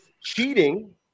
cheating